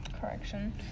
correction